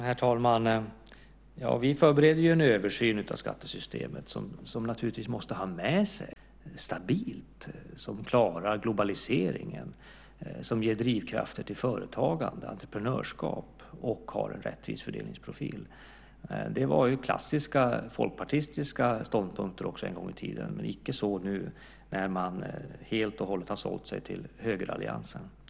Herr talman! Vi förbereder en översyn av skattesystemet, som naturligtvis måste ha med sig idén om att ha ett skattesystem som är stabilt, som klarar globaliseringen, som ger drivkrafter till företagande och entreprenörskap samt har rättvis fördelningsprofil. Det var klassiska folkpartistiska ståndpunkter en gång i tiden, men icke så nu när man helt och hållet har sålt sig till högeralliansen.